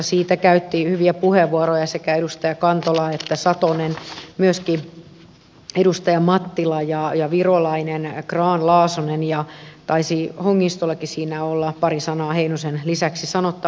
siitä käyttivät hyviä puheenvuoroja sekä edustaja kantola että satonen myöskin edustajat mattila ja virolainen grahn laasonen ja taisi hongistollakin siinä olla pari sanaa heinosen lisäksi sanottavana